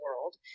world